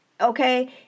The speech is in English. okay